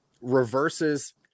reverses